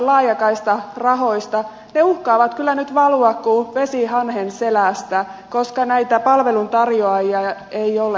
ne uhkaavat nyt kyllä valua kuin vesi hanhen selästä koska näitä palveluntarjoajia ei ole